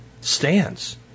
stands